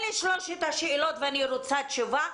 אלה שלוש השאלות, ואני רוצה תשובה.